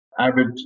average